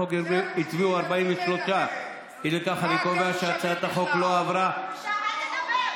לדשנים, אלה בעלי הממון, יש כסף.